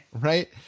right